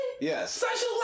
Yes